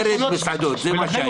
מרד מסעדות, זה מה שהיה.